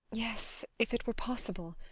yes if it were possible.